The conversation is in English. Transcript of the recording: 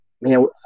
man